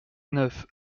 neuf